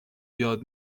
یاد